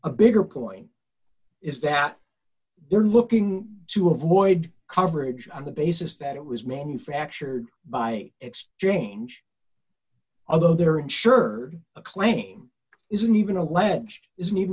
a bigger point is that they're looking to avoid coverage on the basis that it was manufactured by exchange although they're insured a claim isn't even alleged isn't even